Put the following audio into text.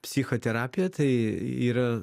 psichoterapija tai yra